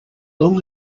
long